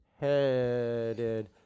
headed